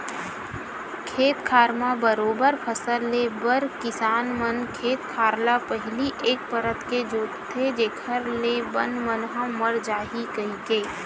खेत खार म बरोबर फसल ले बर किसान मन खेत खार ल पहिली एक परत के जोंतथे जेखर ले बन मन ह मर जाही कहिके